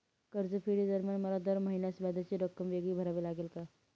कर्जफेडीदरम्यान मला दर महिन्यास व्याजाची रक्कम वेगळी भरावी लागेल का?